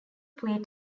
play